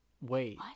Wait